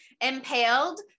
impaled